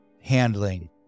handling